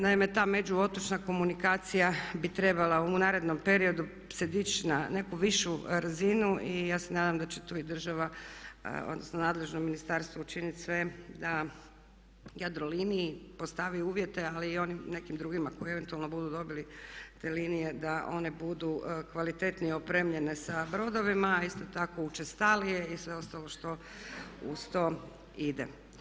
Naime, ta međuotočna komunikacija bi trebala u narednom periodu se dići na neku višu razinu i ja se nadam da će tu i država, odnosno nadležno ministarstvo učiniti sve da Jadroliniji postavi uvjete, ali i onim nekim drugima koji eventualno budu dobili te linije, da one budu kvalitetnije opremljene sa brodovima, a isto tako učestalije i sve ostalo što uz to ide.